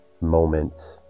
moment